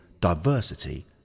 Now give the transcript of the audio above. diversity